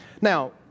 Now